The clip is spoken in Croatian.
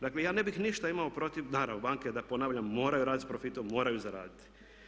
Dakle ja ne bih ništa imao protiv, naravno banke, da ponavljam moraju raditi sa profitom, moraju zaraditi.